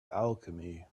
alchemy